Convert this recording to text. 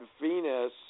Venus